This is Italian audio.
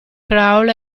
crawl